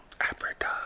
Africa